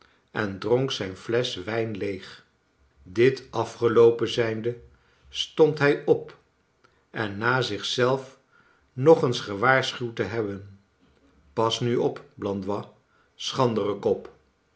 en dronk zijn flesch wijn leeg dit afgeloopen zijnde stond hij op en na zich zelf nog eens gewaar schuwd te hebben pas nu op blandois schrandere kop